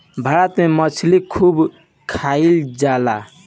भारत में मछली खूब खाईल जाला